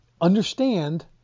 Understand